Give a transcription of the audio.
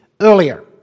earlier